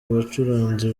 bacuranzi